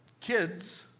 kids